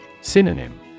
Synonym